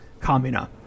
Kamina